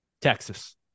Texas